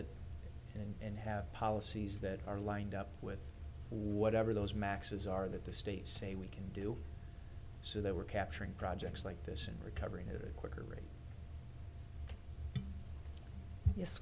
it and have policies that are lined up with whatever those maxes are that the states say we can do so that we're capturing projects like this and recovering it quicker rate yes